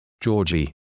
Georgie